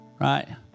Right